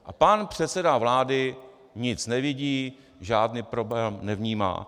A pan předseda vlády nic nevidí, žádný problém nevnímá.